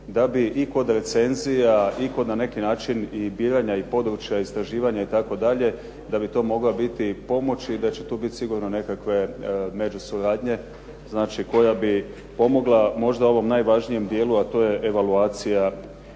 da bi i kod recenzija i kod na neki način i biranja područja istraživanja itd. da bi to mogla biti pomoć i da će tu biti sigurno nekakve međusuradnje, znači koja bi pomogla možda ovom najvažnijem dijelu, a to je evaluacija